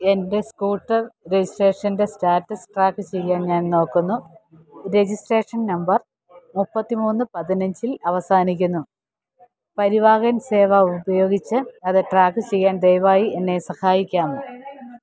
എൻ്റെ സ്കൂട്ടർ രജിസ്ട്രേഷൻ്റെ status track ചെയ്യാൻ ഞാൻ നോക്കുന്നു രജിസ്ട്രേഷൻ നമ്പർ മുപ്പത്തിമൂന്ന് പതിനഞ്ചിൽ അവസാനിക്കുന്നു പരിവാഹൻ സേവ ഉപയോഗിച്ച് അത് ട്രാക്കുചെയ്യാൻ ദയവായി എന്നെ സഹായിക്കാമോ